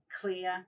clear